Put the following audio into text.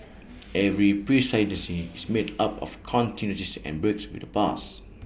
every presidency is made up of continuities and breaks with the past